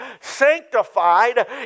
sanctified